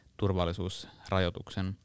turvallisuusrajoituksen